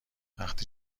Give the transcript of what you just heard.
فقط